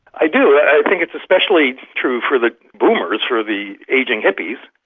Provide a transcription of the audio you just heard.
i do. i think it's especially true for the boomers, for the ageing hippies,